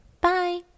Bye